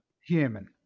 Human